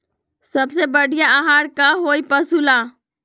सबसे बढ़िया आहार का होई पशु ला?